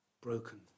Broken